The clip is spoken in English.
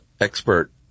expert